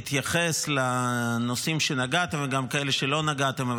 אתייחס לנושאים שנגעתם בהם וגם לאלה שלא נגעתם בהם,